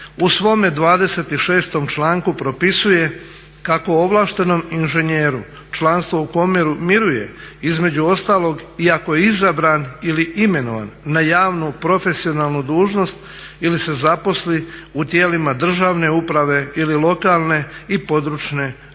u svome 26 članku propisuje kako ovlaštenom inženjeru članstvo u komori miruje između ostalog i ako je izabran ili imenovan na javnu, profesionalnu dužnost ili se zaposli u tijelima državne uprave ili lokalne i područne (regionalne)